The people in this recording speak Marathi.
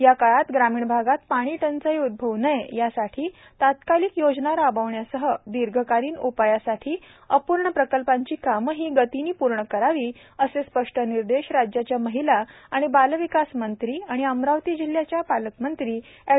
या काळात ग्रामीण भागात पाणीटंचाई उद्भवू नये यासाठी तात्कालिक योजना राबविण्यासह दीर्घकालीन उपायासाठी अपूर्ण प्रकल्पांची कामेही गतीने पूर्ण करावी असे स्पष्ट निर्देश राज्याच्या महिला आणि बालविकास मंत्री तथा पालकमंत्री एड